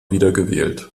wiedergewählt